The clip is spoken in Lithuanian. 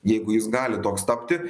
jeigu jis gali toks tapti